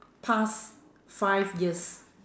past five years